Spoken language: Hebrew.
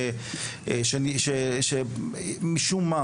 שמשום מה,